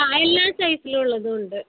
ആ എല്ലാ സൈസിലുള്ളതും ഉണ്ട്